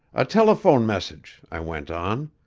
a telephone message i went on.